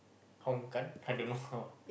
hong gan I don't know